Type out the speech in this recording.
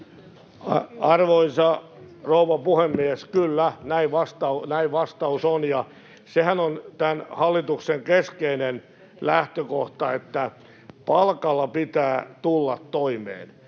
Arvoisa rouva puhemies! Kyllä, näin vastaus on. Sehän on tämän hallituksen keskeinen lähtökohta, että palkalla pitää tulla toimeen,